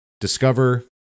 discover